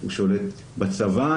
הוא שולט בצבא,